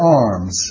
arms